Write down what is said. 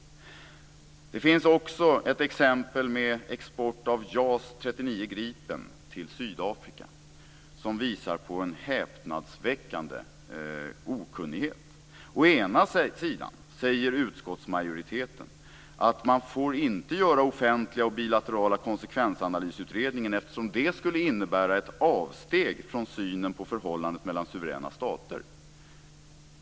Det finns också ett exempel med export av JAS 39 Gripen till Sydafrika som visar på en häpnadsväckande okunnighet. Å ena sidan säger utskottsmajoriteten att man inte får göra offentliga och bilaterala konsekvensanalysutredningar eftersom det skulle innebära ett avsteg från synen på förhållandet mellan suveräna stater.